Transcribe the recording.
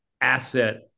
asset